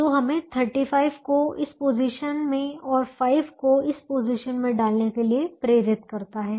जो हमें 35 को इस पोजीशन में और 5 को इस पोजीशन में डालने के लिए प्रेरित करता है